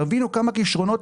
תבינו כמה כישרונות